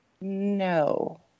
No